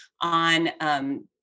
on